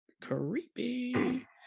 creepy